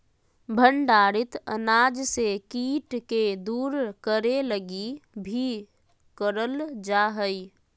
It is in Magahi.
भंडारित अनाज से कीट के दूर करे लगी भी करल जा हइ